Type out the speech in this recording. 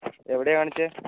എവിടെയാ കാണിച്ചേ